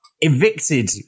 Evicted